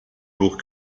pour